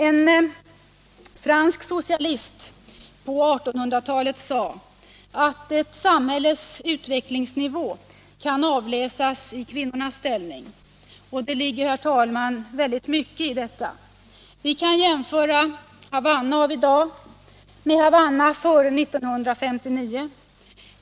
En fransk socialist på 1800-talet sade att ett samhälles utvecklingsnivå kan avläsas i kvinnornas ställning. Det ligger, herr talman, mycket i detta. Vi kan jämföra Havanna av i dag med Havanna före 1959.